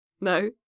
No